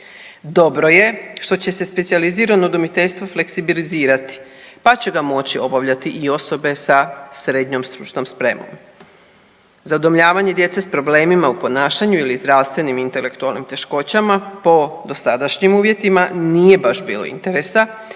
Dobro je što će se specijalizirano udomiteljstvo fleksibilizirati, pa će ga moći obavljati i osobe sa srednjom stručnom spremom. Za udomljavanje djece s problemima u ponašanju ili zdravstvenim intelektualnim teškoćama po dosadašnjim uvjetima nije baš bilo interesa,